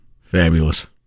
Fabulous